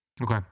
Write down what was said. Okay